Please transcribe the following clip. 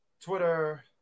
twitter